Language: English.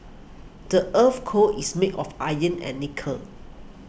the earth's core is made of iron and nickel